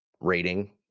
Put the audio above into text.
rating